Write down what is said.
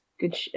good